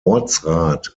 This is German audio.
ortsrat